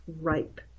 ripe